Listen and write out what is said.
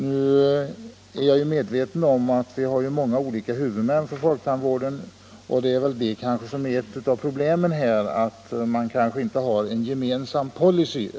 Jag är emellertid medveten om att det finns många olika huvudmän för folktandvården, och ett av problemen är kanske att policyn inte är gemensam.